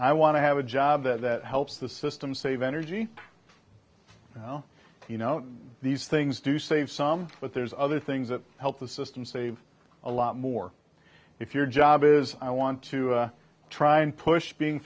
i want to have a job that helps the system save energy now you know these things do save some but there's other things that help the system save a lot more if your job is i want to try and push being